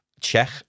check